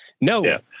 no